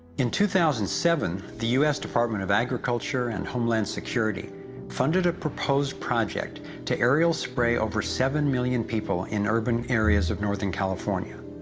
in two thousand and seven, the u s. department of agriculture and homeland security funded a proposed project to aerial spray over seven million people in urban areas of northern california.